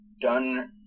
done